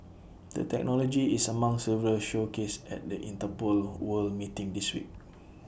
the technology is among several showcased at the Interpol world meeting this week